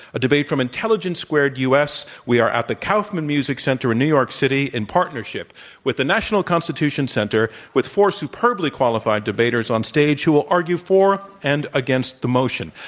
a debate from intelligence squared u. s. we are at the kaufman music center in new york city in partnership with the national constitution center, with four superbly qualified debaters on stage who will argue for and against the motion.